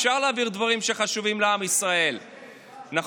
אפשר להעביר דברים שחשובים לעם ישראל, נכון,